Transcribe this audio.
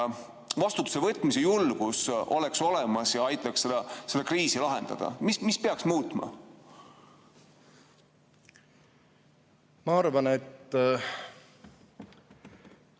vastutuse võtmise julgus oleks olemas ja aitaks seda kriisi lahendada? Mida peaks muutma? Ma hakkan